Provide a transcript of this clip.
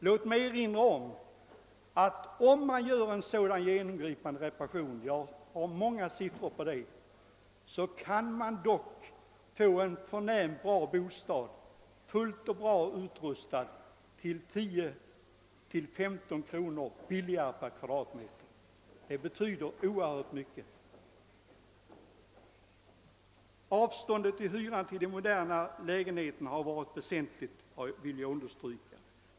Jag har många exempel som visar att man efter en sådan genomgripande reparation kunnat få en fullt upprustad bostad till 10—15 kronor lägre hyra per kvadratmeter än en modern bostad, och det betyder oerhört mycket. Avståndet till hyran i de nya moderna lägenheterna har alltså varit väsentligt.